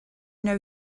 know